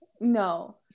No